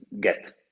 get